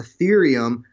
Ethereum